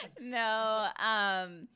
No